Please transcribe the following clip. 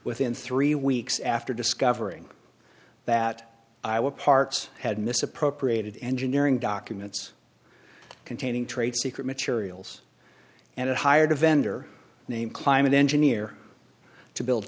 within three weeks after discovering that i were parts had misappropriated engineering documents containing trade secret materials and it hired a vendor named climate engineer to build